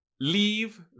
leave